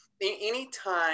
Anytime